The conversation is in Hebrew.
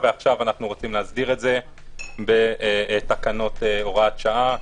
ועכשיו אנחנו רוצים להסדיר את זה בתקנות הוראת שעה,